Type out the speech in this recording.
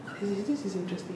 oh is this is interesting